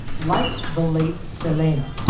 like the late syleena,